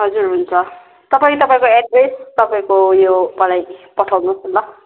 हजुर हुन्छ तपाईँ तपाईँको एड्रेस तपाईँको उयो मलाई पठाउनु होस् न ल